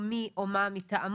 או מי או מה מטעמו.